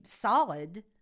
solid